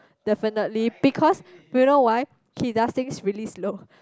definitely because you know why he does things really slow